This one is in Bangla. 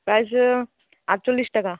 আড়াইশো আটচল্লিশ টাকা